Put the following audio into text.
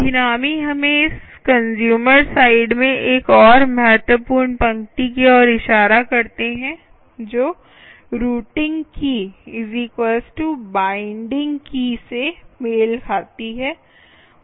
अभिरामी हमें इस consumer side में एक और महत्वपूर्ण पंक्ति की ओर इशारा करते हैं जो रूटिंग की बाइंडिंग की routing key binding key से मेल खाती है